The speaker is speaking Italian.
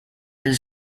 del